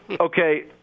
Okay